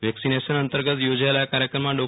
vaccination અંતર્ગત યોજાયેલા આ કાર્યક્રમમાં ડૉ